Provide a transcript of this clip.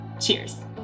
Cheers